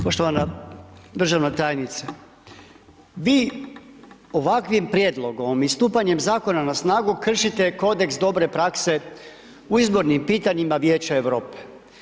Poštovana državna tajnice, vi ovakvim prijedlogom i stupanjem Zakona na snagu kršite kodeks dobre prakse u izbornim pitanjima Vijeća Europe.